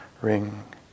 ring